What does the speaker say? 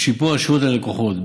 בשיפור השירות ללקוחות,